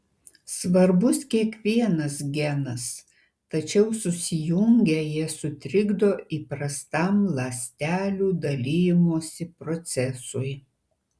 svarbus kiekvienas genas tačiau susijungę jie sutrikdo įprastam ląstelių dalijimosi procesui